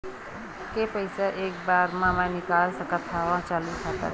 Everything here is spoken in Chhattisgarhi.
के पईसा एक बार मा मैं निकाल सकथव चालू खाता ले?